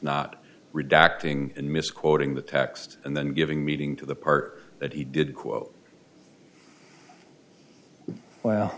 not redacting and misquoting the text and then giving meeting to the part that he did quote w